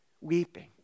weeping